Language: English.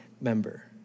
member